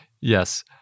Yes